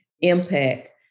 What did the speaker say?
impact